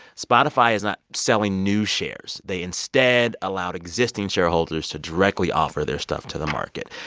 spotify is not selling new shares they instead allowed existing shareholders to directly offer their stuff to the market.